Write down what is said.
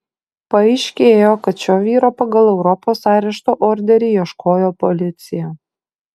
paaiškėjo kad šio vyro pagal europos arešto orderį ieškojo policija